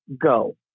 Go